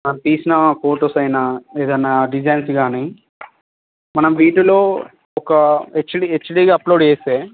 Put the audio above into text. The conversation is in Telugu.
ఆ తీసిన ఫొటో పైన ఏదన్న డిజైన్స్ కానీ మనం వీటిలో ఒక హెచ్డీ హెచ్డీ అప్లోడ్ చేస్తే